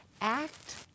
act